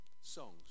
songs